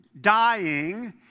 dying